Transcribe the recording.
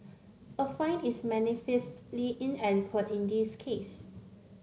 a fine is manifestly inadequate in this case